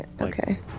Okay